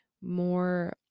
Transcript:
more